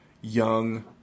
young